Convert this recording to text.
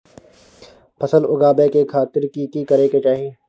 फसल उगाबै के खातिर की की करै के चाही?